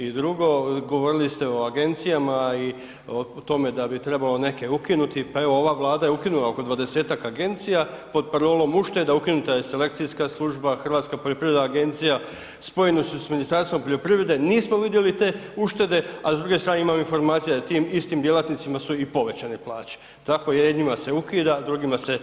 I drugo, govorili ste o agencijama i o tome da bi trebalo neke ukinuti, pa evo, ova Vlada je ukinula oko 20-ak agencija pod parolom ušteda, ukinuta je selekcijska služba, Hrvatska poljoprivredna agencija, spojeni su sa Ministarstvom poljoprivrede, nismo vidjeli te uštede a s druge strane imam informacije da je tim djelatnicima su i povećane plaće, tako jednima se ukida, drugima se još daju plaće.